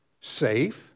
Safe